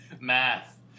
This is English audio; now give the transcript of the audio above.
Math